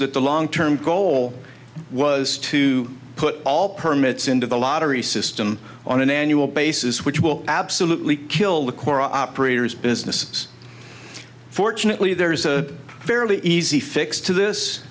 that the long term goal was to put all permits into the lottery system on an annual basis which will absolutely kill the core operators businesses fortunately there's a fairly easy fix to this